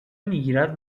میگیرد